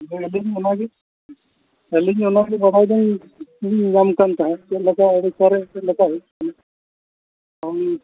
ᱦᱚᱸ ᱟᱹᱞᱤᱧ ᱚᱱᱟᱜᱮ ᱟᱹᱞᱤᱧ ᱚᱱᱟᱜᱮ ᱫᱚᱦᱚᱭ ᱫᱟᱹᱧ ᱮᱢᱟᱢ ᱠᱟᱱ ᱛᱟᱦᱮᱸᱫ ᱪᱮᱫ ᱞᱮᱠᱟ ᱪᱮᱫ ᱞᱮᱠᱟ ᱦᱩᱭᱩᱜ ᱠᱟᱱᱟ ᱦᱮᱸ